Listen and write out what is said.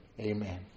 amen